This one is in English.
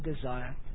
desire